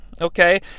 okay